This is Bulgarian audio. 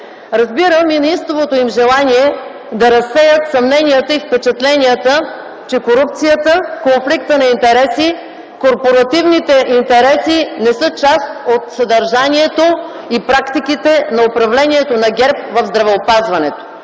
Разбирам и неистовото им желание да разсеят съмненията и впечатленията, че корупцията, конфликтът на интереси, корпоративните интереси не са част от съдържанието и практиките на управлението на ГЕРБ в здравеопазването,